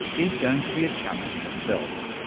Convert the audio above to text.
is going to be a challenge in itself.